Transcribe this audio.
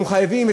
אנחנו חייבים,